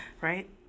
right